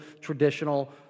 traditional